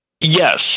Yes